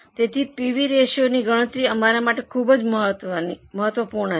તેથી પીવી રેશિયોની ગણતરી અમારા માટે ખૂબ જ મહત્વપૂર્ણ છે